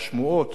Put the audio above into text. השמועות,